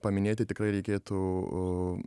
paminėti tikrai reikėtų